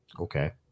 Okay